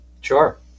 Sure